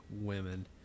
Women